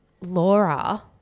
Laura